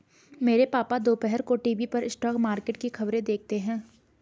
मेरे पापा दोपहर को टीवी पर स्टॉक मार्केट की खबरें देखते हैं